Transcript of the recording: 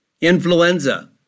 influenza